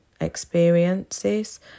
Experiences